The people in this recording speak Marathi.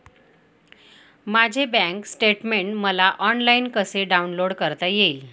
माझे बँक स्टेटमेन्ट मला ऑनलाईन कसे डाउनलोड करता येईल?